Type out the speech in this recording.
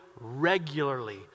regularly